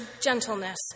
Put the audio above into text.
gentleness